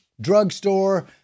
drugstore